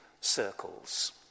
circles